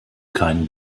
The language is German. keinen